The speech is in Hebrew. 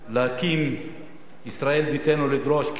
ישראל ביתנו, לדרוש כסף